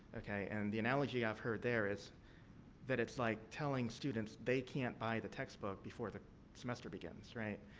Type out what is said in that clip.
okay? and, the analogy i've heard there is that it's like telling students they can't buy the textbook before the semester begins. right?